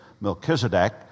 Melchizedek